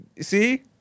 See